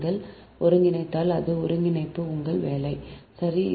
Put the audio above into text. நீங்கள் ஒருங்கிணைத்தால் அது ஒருங்கிணைப்பு உங்கள் வேலை சரி